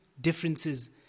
differences